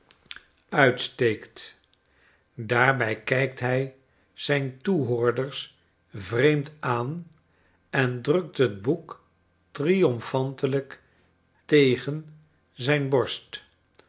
steekt daarbij kijkt hij zijn toehoorders vreemd aan en drukt het baek triomfantelijk tegen zijn borst